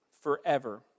forever